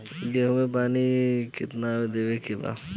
गेहूँ मे पानी कितनादेवे के बा?